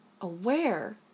aware